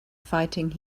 fighting